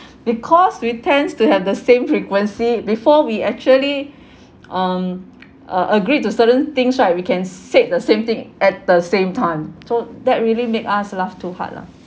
because we tends to have the same frequency before we actually um uh agreed to certain things right we can said the same thing at the same time so that really make us laugh too hard lah